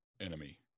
enemy